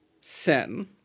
sin